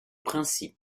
principe